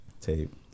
tape